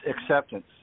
acceptance